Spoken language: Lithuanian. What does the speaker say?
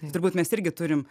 turbūt mes irgi turim